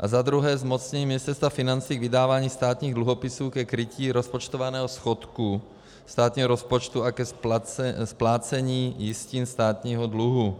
a za druhé zmocnění Ministerstva financí k vydávání státních dluhopisů ke krytí rozpočtovaného schodku státního rozpočtu a ke splácení jistin státního dluhu.